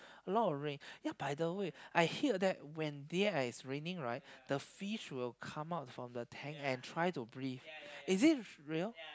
a lot of rain ya by the way I hear that when there is raining right the fish will come out from the tank and try to breathe is it real